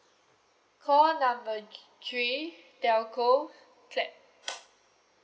call number three telco clap